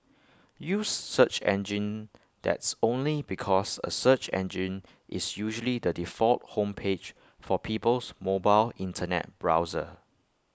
use search engines that's only because A search engine is usually the default home page for people's mobile Internet browser